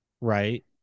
right